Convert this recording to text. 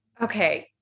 Okay